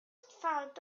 find